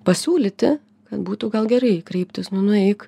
pasiūlyti kad būtų gal gerai kreiptis nu nueik